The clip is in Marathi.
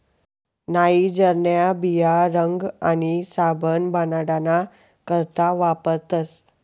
नाइजरन्या बिया रंग आणि साबण बनाडाना करता वापरतस